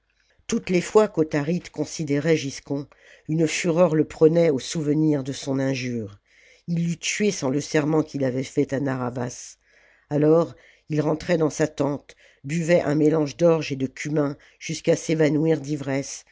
toutes les fois qu'autharite considérait giscon une fureur le prenait au souvenir de son injure il l'eût tué sans le serment qu'il avait fait à narr'havas alors il rentrait dans sa tente buvait un mélange d'orge et de cumin jusqu'à s'évanouir d'ivresse